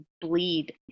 bleed